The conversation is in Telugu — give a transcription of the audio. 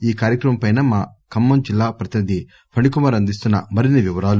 ఈ కార్యక్రమంపై మా ఖమ్మం జిల్లా ప్రతినిధి ఫణికుమార్ అందిస్తున్న మరిన్ని వివరాలు